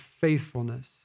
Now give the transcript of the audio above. faithfulness